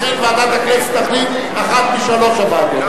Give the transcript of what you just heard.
לכן, ועדת הכנסת תחליט על אחת משלוש הוועדות.